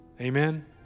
Amen